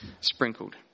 sprinkled